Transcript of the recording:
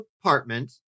apartment